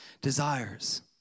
desires